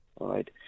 Right